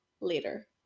later